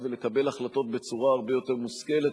ולקבל החלטות בצורה הרבה יותר מושכלת.